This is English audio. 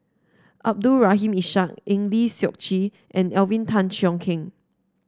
Abdul Rahim Ishak Eng Lee Seok Chee and Alvin Tan Cheong Kheng